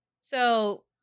So-